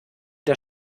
der